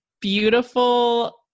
beautiful